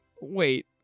wait